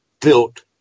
built